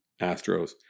Astros